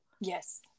Yes